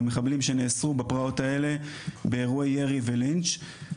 במחבלים שנאסרו בפרעות האלה באירועי ירי ולינץ'.